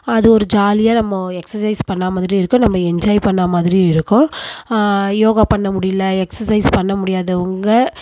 அது ஒரு ஜாலியாக நம்ம எக்ஸசைஸ் பண்ண மாதிரியும் இருக்கும் நம்ம என்ஜாய் பண்ண மாதிரியும் இருக்கும் யோகா பண்ண முடியல எக்ஸசைஸ் பண்ண முடியாதவங்க